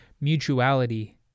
mutuality